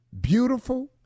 beautiful